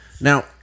Now